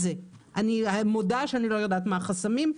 אני מודה שאני לא יודעת מה החסמים.